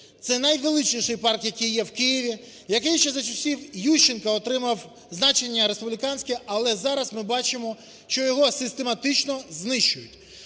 Це найвеличніший парк, який є в Києві, який ще за часів Ющенка отримав значення республіканського, але зараз ми бачимо, щ його систематично знищують.